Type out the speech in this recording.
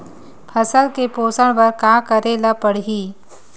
फसल के पोषण बर का करेला पढ़ही?